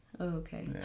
Okay